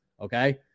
okay